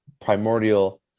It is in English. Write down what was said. primordial